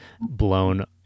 blown